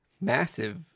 massive